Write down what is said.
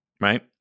right